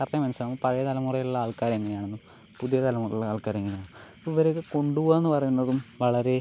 കറക്റ്റായി മനസ്സിലാവും പഴയ തലമുറയിലുള്ള ആൾക്കാർ എങ്ങനെയാണെന്ന് പുതിയ തലമുറയിലുള്ള ആൾക്കാർ എങ്ങനെയാണെന്ന് ഇവരൊക്കെ കൊണ്ട് പോവാന്ന് പറയുന്നതും വളരെ